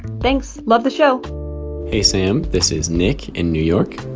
thanks. love the show hey, sam. this is nick in new york.